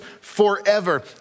forever